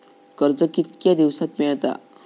कर्ज कितक्या दिवसात मेळता?